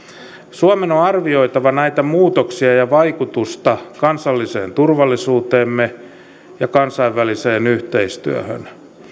suomen on on arvioitava näitä muutoksia ja vaikutusta kansalliseen turvallisuuteemme ja kansainväliseen yhteistyöhön